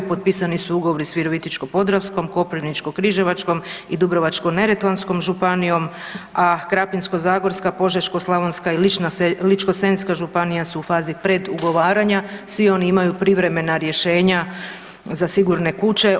Potpisani su ugovori s Virovitičko-podravskom, Koprivničko-križevačkom i Dubrovačko-neretvanskom županijom, a Krapinsko-zagorska, Požeško-slavonska i Ličko-senjska županija su u fazi predugovaranja, svi oni imaju privremena rješenja za sigurne kuće.